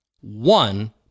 One